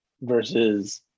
versus